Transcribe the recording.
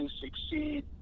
succeed